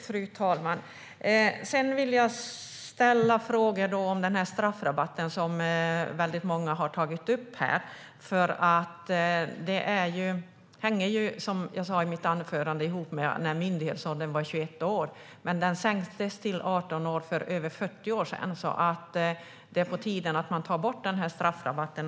Fru talman! Jag vill ställa frågor om den straffrabatt som många har tagit upp här. Det hänger ihop med, som jag sa i mitt anförande, att myndighetsåldern tidigare var 21 år. Men den sänktes till 18 år för över 40 år sedan. Därför anser vi att det är på tiden att man tar bort denna straffrabatt.